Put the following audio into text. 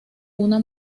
una